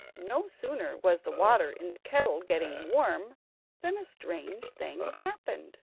no sooner was the water in the kettle getting warm than a strange thing happened,